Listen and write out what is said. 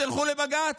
תלכו לבג"ץ?